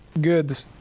good